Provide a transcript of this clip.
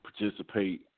participate